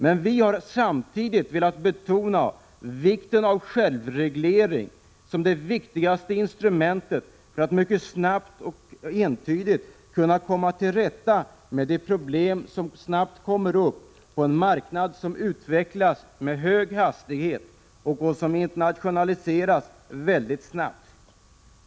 Samtidigt har vi emellertid velat betona vikten av självreglering som det viktigaste instrumentet för att mycket snabbt och entydigt kunna komma till rätta med de problem som snabbt kommer upp på en marknad som utvecklas med hög hastighet och som internationaliseras oerhört snabbt.